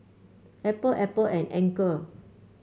Apple Apple and Anchor